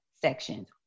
sections